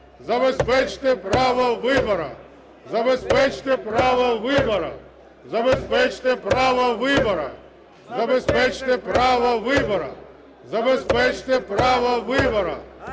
Забезпечте право вибору!